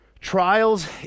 Trials